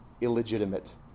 illegitimate